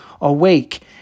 awake